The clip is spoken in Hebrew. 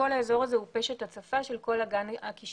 הוא השפה של כל האזור הזה הוא כל אגן הקישון.